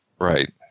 Right